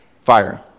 fire